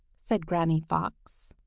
said granny fox.